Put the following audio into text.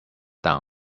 down